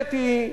הכותרת היא: